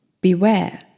Beware